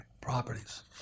properties